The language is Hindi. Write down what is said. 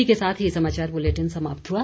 इसी के साथ ये समाचार बुलेटिन समाप्त हुआ